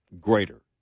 greater